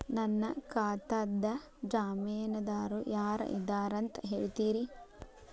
ನನ್ನ ಖಾತಾದ್ದ ಜಾಮೇನದಾರು ಯಾರ ಇದಾರಂತ್ ಹೇಳ್ತೇರಿ?